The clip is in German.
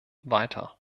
weiter